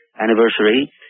anniversary